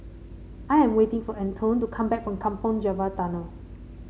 I am waiting for Antone to come back from Kampong Java Tunnel